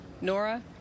Nora